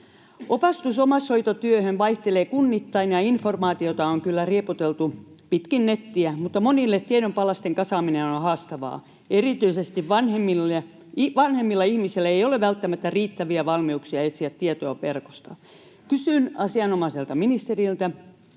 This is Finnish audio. Opastus omaishoitotyöhön vaihtelee kunnittain, ja informaatiota on kyllä riepoteltu pitkin nettiä, mutta monille tiedon palasten kasaaminen on haastavaa. Erityisesti vanhemmilla ihmisillä ei ole välttämättä riittäviä valmiuksia etsiä tietoa verkosta. Kysyn asianomaiselta ministeriltä: